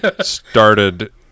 started